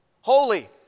Holy